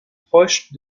proche